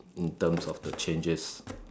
in terms of the changes